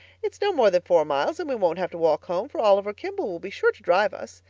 it's no more than four miles and we won't have to walk home, for oliver kimball will be sure to drive us.